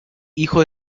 hijo